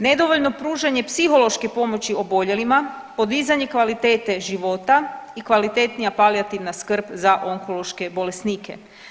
Nedovoljno pružanje psihološke pomoći oboljelima, podizanje kvalitete života i kvalitetnija palijativna skrb za onkološke bolesnike.